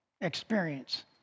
experience